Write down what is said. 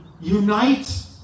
unite